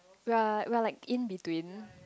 we are we are like in between